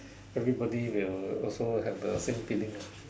every body will also have the same feeling lah